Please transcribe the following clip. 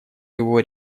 его